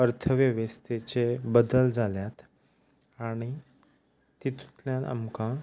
अर्थ वेवेस्थेचे बदल जाल्यात आनी तितुतल्यान आमकां